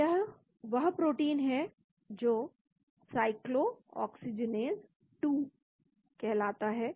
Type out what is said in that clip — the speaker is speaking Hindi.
तो यह वह प्रोटीन है जो साइक्लोऑक्सीजनेस 2 कहलाता है